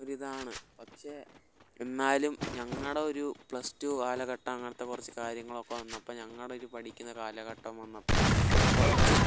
ഒരിതാണ് പക്ഷേ എന്നാലും ഞങ്ങളുടെ ഒരു പ്ലസ്ടു കാലഘട്ടം അങ്ങനത്തെ കുറച്ച് കാര്യങ്ങളൊക്കെ വന്നപ്പം ഞങ്ങളുടെ ഒരു പഠിക്കുന്ന കാലഘട്ടം വന്നപ്പം കുറച്ച്